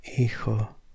hijo